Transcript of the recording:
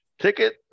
ticket